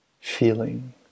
Feeling